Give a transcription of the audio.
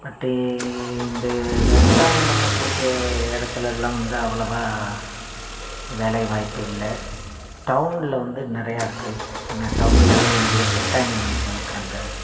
பட்டு இந்த விவசாயம் பண்ணக்கூடிய இடத்துலல்லாம் வந்து அவ்வளோவா வேலைவாய்ப்பு இல்லை டவுனில் வந்து நிறையா இருக்குது ஏன்னால் டவுனிலெல்லாம் நிறைய பெட் அனிமல் வளர்க்கறாங்க